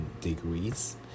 degrees